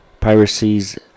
Piracies